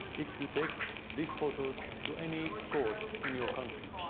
if you take these photos to any court in your country,